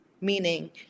meaning